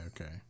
Okay